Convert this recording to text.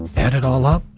add it all up,